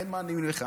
כן מאמינים לך,